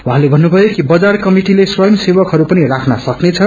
उहाँले भन्नुभयो कि बजार कमिटिले स्वयं सेक्कहरू पनि राख्न सक्नेछ